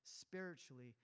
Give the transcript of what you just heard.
spiritually